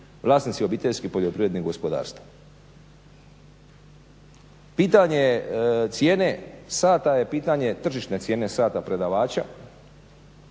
vlasnici obiteljskih poljoprivrednih gospodarstava. Pitanje cijene sata je pitanje tržišne cijene sata predavača.